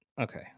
okay